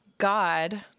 God